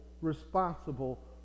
responsible